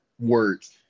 words